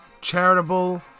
charitable